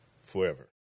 forever